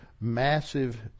massive